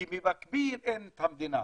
כי במקביל אין את המדינה.